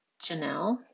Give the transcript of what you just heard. Janelle